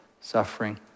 suffering